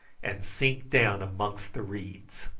and sink down amongst the reeds.